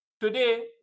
Today